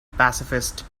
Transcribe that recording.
pacifist